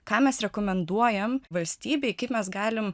ką mes rekomenduojam valstybei kaip mes galim